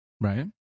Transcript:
Right